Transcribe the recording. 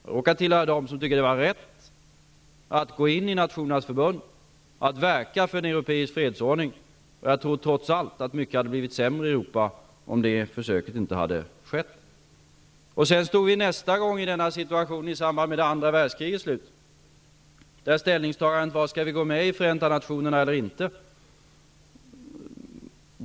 Jag råkar tillhöra dem som tycker det var rätt att gå in i Nationernas förbund, att verka för en europeisk fredsordning, och jag tror trots allt att mycket hade blivit sämre i Europa om det försöket inte hade skett. Nästa gång vi stod i samma situation var i samband med andra världskrigets slut. Frågeställningen var: Skall vi gå med i Förenta nationerna eller inte?